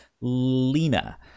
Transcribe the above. Lena